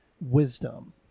wisdom